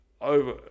over